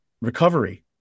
recovery